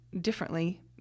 differently